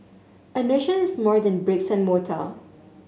a nation is more than bricks and mortar